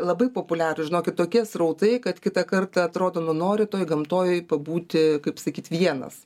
labai populiarūs žinokit tokie srautai kad kitą kartą atrodo nu nori toj gamtoj pabūti kaip pasakyt vienas